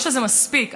לא שזה מספיק,